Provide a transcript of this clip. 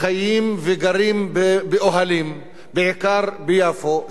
חיים וגרים באוהלים, בעיקר ביפו.